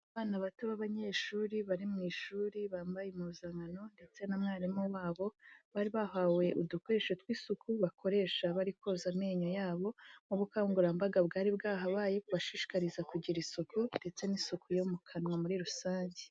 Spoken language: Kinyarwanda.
Abana bato b'abanyeshuri bari mu ishuri, bambaye impuzankano ndetse na mwarimu wabo, bari bahawe udukoresho tw'isuku bakoresha bari koza amenyo yabo, mu bukangurambaga bwari bwahabaye bubashishikariza kugira isuku ndetse n'isuku yo mu kanwa muri rusange.